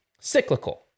cyclical